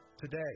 Today